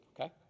okay